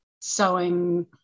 sewing